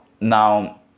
now